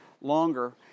longer